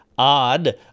Odd